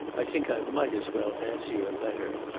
i think i might as well answer your letter.